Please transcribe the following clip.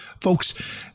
Folks